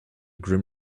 grim